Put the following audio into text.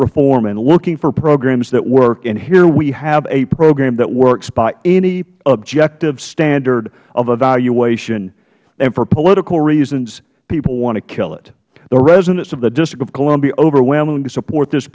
reform and looking for programs that work and here we have a program that works by any objective standard of evaluation and for political reasons people want to kill it the residents of the district of columbia overwhelmingly support this